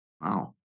wow